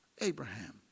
Abraham